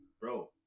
Bro